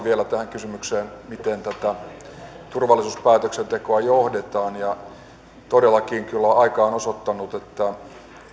vielä tähän kysymykseen miten tätä turvallisuuspäätöksentekoa johdetaan todellakin kyllä aika on osoittanut että